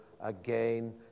again